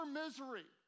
misery